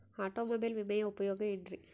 Automobile ವಿಮೆಯ ಉಪಯೋಗ ಏನ್ರೀ?